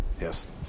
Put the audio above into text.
yes